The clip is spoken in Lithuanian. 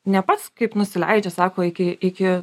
ne pats kaip nusileidžia sako iki iki